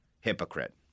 hypocrite